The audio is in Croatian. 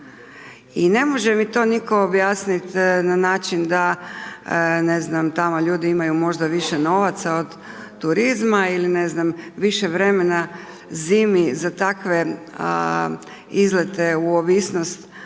i ne može mi to nitko objasnit na način da ne znam tamo ljudi imaju možda više novaca od turizma, ili ne znam više vremena zimi za takve izlete u ovisnost